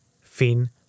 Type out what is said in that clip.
fin